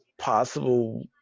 possible